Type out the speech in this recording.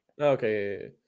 Okay